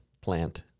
plant